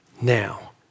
Now